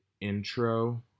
intro